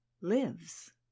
lives